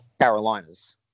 Carolinas